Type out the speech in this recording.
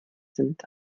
sind